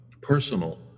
personal